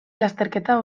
lasterketa